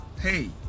hey